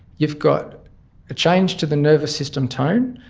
you've got a change to the nervous system tone,